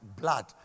blood